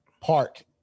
park